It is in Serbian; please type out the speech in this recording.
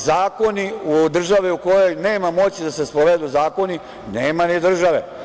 Zakoni države u kojoj nema moći da se sprovedu zakoni nema ni države.